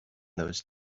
those